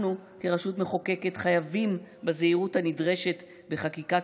אנחנו כרשות מחוקקת חייבים בזהירות הנדרשת בחקיקת